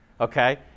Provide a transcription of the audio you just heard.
Okay